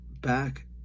back